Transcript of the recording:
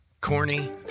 Corny